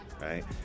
Right